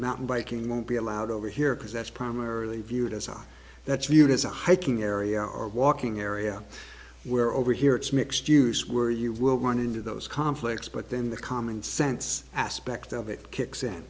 mountain biking won't be allowed over here because that's primarily viewed as one that's viewed as a hiking airy or walking area where over here it's mixed use were you will run into those conflicts but then the common sense aspect of it kicks in